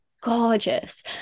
gorgeous